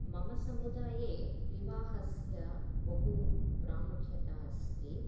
मम सुमदाये विवाहस्य बहु प्रामुख्यम् अस्ति